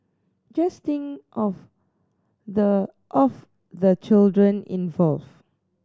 just think of the of the children involve